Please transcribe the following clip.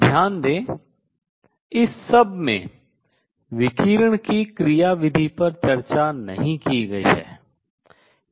ध्यान दें इस सब में विकिरण की क्रियाविधि पर चर्चा नहीं की गई है